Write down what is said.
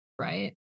Right